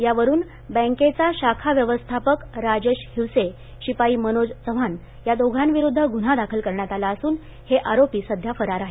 त्यावरुन बँकेचा शाखा व्यवस्थापक राजेश हिवसे शिपाई मनोज चव्हाण या दोघांविरुध्द गुन्हा दाखल करण्यात आला असून हे आरोपी सध्या फरार आहेत